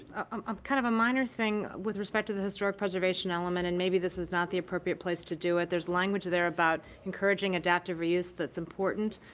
um um kind of a minor thing with respect to the historic preservation element, and maybe this is not the appropriate place to do it. there's language there about encouraging adaptive reuse that's important,